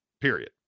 period